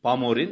பாமோரின்